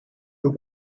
nur